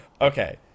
Okay